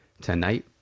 tonight